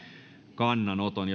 kannanoton